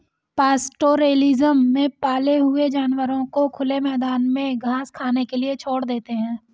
pastoralism में पाले हुए जानवरों को खुले मैदान में घास खाने के लिए छोड़ देते है